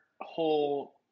whole